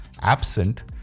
absent